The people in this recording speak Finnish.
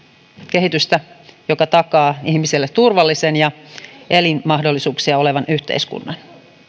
kehitystä joka takaa ihmiselle turvallisen ja elinmahdollisuuksia tarjoavan yhteiskunnan